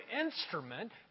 instrument